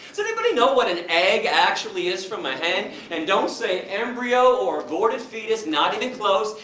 does anybody know what an egg actually is from a hen? and don't say embryo or aborted fetus not even close,